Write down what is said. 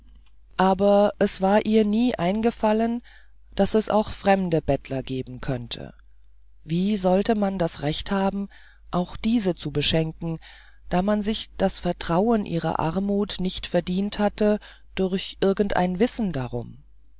aber es war ihr nie eingefallen daß es auch fremde bettler geben könnte wie sollte man das recht haben auch diese zu beschenken da man sich das vertrauen ihrer armut nicht verdient hatte durch irgend ein wissen darum